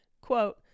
Quote